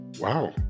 Wow